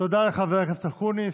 תודה לחבר הכנסת אקוניס.